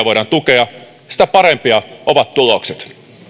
voidaan tukea sitä paremmat ovat tulokset